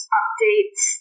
updates